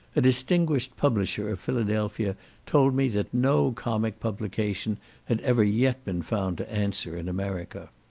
a distinguished publisher of philadelphia told me that no comic publication had ever yet been found to answer in america.